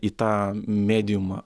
į tą mediumą